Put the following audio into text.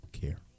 care